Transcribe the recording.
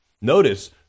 Notice